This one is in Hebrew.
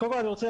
קודם כל,